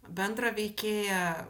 bendrą veikėją